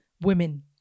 women